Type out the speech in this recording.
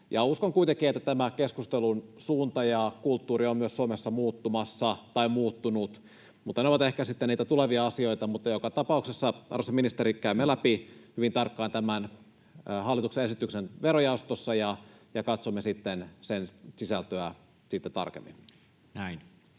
Uskon kuitenkin, että keskustelun suunta ja kulttuuri ovat myös Suomessa muuttumassa tai muuttuneet, mutta ne ovat ehkä sitten niitä tulevia asioita. Joka tapauksessa, arvoisa ministeri, käymme verojaostossa läpi hyvin tarkkaan tämän hallituksen esityksen ja katsomme sitten sen sisältöä tarkemmin.